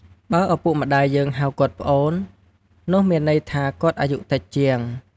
បើឪពុកម្តាយយើងហៅគាត់ "ប្អូន" នោះមានន័យថាគាត់អាយុតិចជាង។